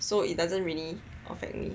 so it doesn't really affect me